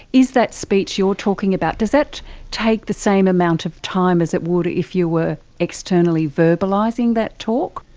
is that speech that you're talking about, does that take the same amount of time as it would if you were externally verbalising that talk?